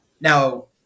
Now